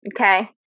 okay